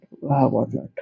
whatnot